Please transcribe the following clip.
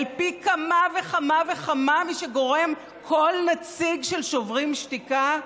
פי כמה וכמה וכמה משגורם כל נציג של שוברים שתיקה?